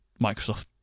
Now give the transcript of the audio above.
Microsoft